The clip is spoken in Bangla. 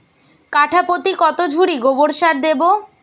কাঠাপ্রতি কত ঝুড়ি গোবর সার দেবো?